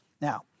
Now